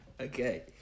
Okay